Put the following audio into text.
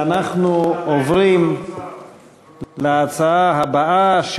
אנחנו עוברים להצעה הבאה,